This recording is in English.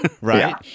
Right